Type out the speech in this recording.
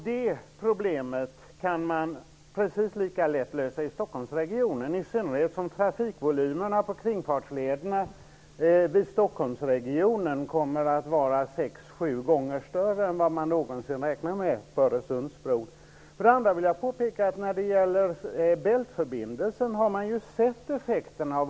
Det problemet kan angripas precis lika lätt i Stockholmsregionen, i synnerhet som trafikvolymerna på kringfartslederna i Stockholmsregionen kommer att vara sex till sju gånger större än vad man någonsin räknar med i samband med Öresundsbron. För det andra vill jag påpeka att man när det gäller Bältförbindelsen har sett vilka effekterna blir.